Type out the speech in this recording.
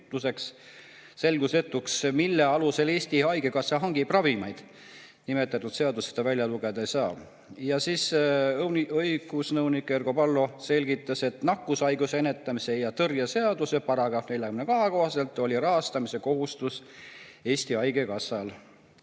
jäi selgusetuks, mille alusel Eesti Haigekassa hangib ravimeid – nimetatud seadusest seda välja lugeda ei saa. Ja õigusnõunik Ergo Pallo selgitas, et nakkushaiguste ennetamise ja tõrje seaduse § 42 kohaselt on rahastamise kohustus Eesti Haigekassal.